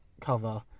cover